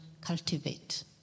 cultivate